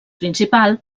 principal